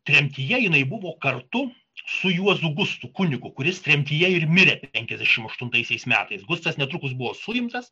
tremtyje jinai buvo kartu su juozu gustu kunigu kuris tremtyje ir mirė penkiasdešimt aštuntaisiais metais gustas netrukus buvo suimtas